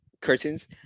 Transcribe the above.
curtains